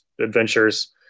adventures